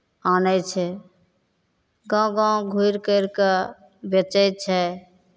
आनै छै गाँव गाँव घुरि करि कऽ बेचै छै